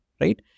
right